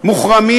מוחרמים